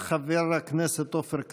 חבר הכנסת עופר כסיף,